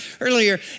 earlier